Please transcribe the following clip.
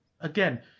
again